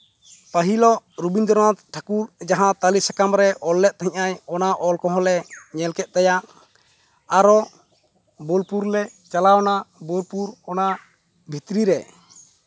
ᱯᱟᱹᱦᱤᱞᱚᱜ ᱨᱚᱵᱤᱱᱫᱨᱚᱱᱟᱛᱷ ᱴᱷᱟᱹᱠᱩᱨ ᱡᱟᱦᱟᱸ ᱛᱟᱞᱤ ᱥᱟᱠᱟᱢ ᱨᱮ ᱚᱞ ᱞᱮᱫ ᱛᱟᱦᱮᱸᱱᱟᱭ ᱚᱱᱟ ᱚᱞ ᱠᱚᱦᱚᱸᱞᱮ ᱧᱮᱞ ᱠᱮᱫ ᱛᱟᱭᱟ ᱟᱨᱚ ᱵᱳᱞᱯᱩᱨ ᱞᱮ ᱪᱟᱞᱟᱣᱮᱱᱟ ᱵᱳᱞᱯᱩᱨ ᱚᱱᱟ ᱵᱷᱤᱛᱨᱤ ᱨᱮ